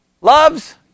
loves